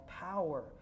power